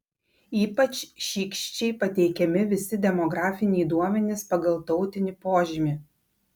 ypač šykščiai pateikiami visi demografiniai duomenys pagal tautinį požymį